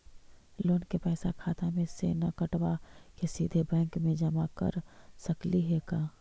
Loan के पैसा खाता मे से न कटवा के सिधे बैंक में जमा कर सकली हे का?